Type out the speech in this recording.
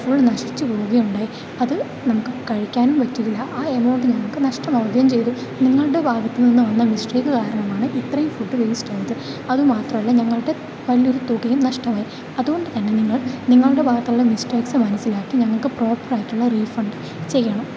full നശിച്ചു പോവുകയുണ്ടായി അത് നമുക്ക് കഴിക്കാനും പറ്റില്ല ആ എമൗണ്ട് ഞങ്ങൾക്ക് നഷ്ടമാവുകയും ചെയ്തു നിങ്ങളുടെ ഭാഗത്ത് നിന്ന് വന്ന മിസ്റ്റേക്ക് കാരണമാണ് ഇത്രയും ഫുഡ് വേസ്റ്റ് ആയത് അതുമാത്രമല്ല ഞങ്ങൾക്ക് വലിയ ഒരു തുകയും നഷ്ടമായി അതുകൊണ്ട് തന്നെ നിങ്ങൾ നിങ്ങളുടെ ഭാഗത്തുള്ള മിസ്റ്റേക്ക്സ് മനസിലാക്കി ഞങ്ങൾക്ക് പ്രോപ്പറായിട്ടുള്ള റീഫണ്ട് ചെയ്യണം